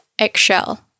eggshell